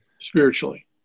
spiritually